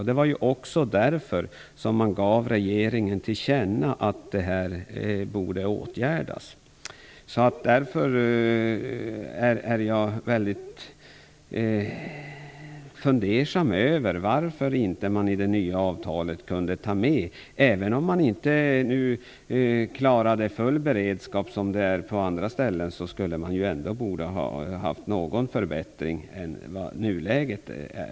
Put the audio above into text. Det var också därför som riksdagen gav regeringen till känna att det här borde åtgärdas. Därför är jag väldigt fundersam över varför detta inte kunde tas med i det nya avtalet. Även om man inte klarar full beredskap, som på andra ställen, borde det ändå ha skett någon förbättring jämfört med nuläget.